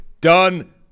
done